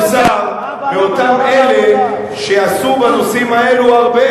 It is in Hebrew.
הטפות מוסר מאותם אלה שעשו בנושאים האלה הרבה